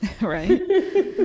right